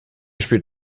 spielt